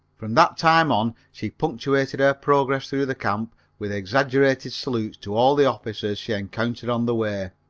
from that time on she punctuated her progress through the camp with exaggerated salutes to all the officers she encountered on the way.